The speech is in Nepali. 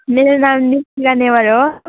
मेरो नाम निकिता नेवार हो